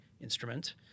instrument